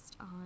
on